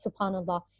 subhanAllah